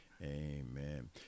amen